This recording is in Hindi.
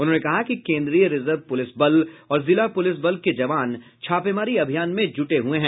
उन्होंने कहा कि केन्द्रीय रिजर्व पुलिस बल और जिला पुलिस बल के जवान छापेमारी अभियान में जुटे हैं